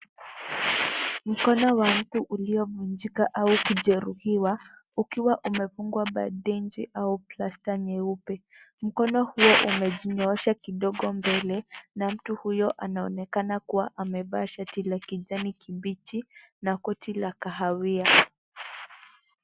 Mkono wa mtu uliovunjika au kujeruhiwa, ukiwa umefungwa bendeji au plasta nyeupe. Mkono huo umejinyoosha kidogo mbele, na mtu huyo anaonekana kuwa amevaa shati la kijani kibichi, na koti la kahawia.